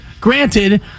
Granted